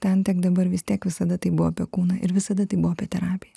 ten tiek dabar vis tiek visada tai buvo apie kūną ir visada taip buvo apie terapiją